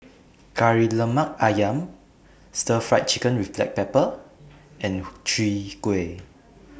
Kari Lemak Ayam Stir Fried Chicken with Black Pepper and Chwee Kueh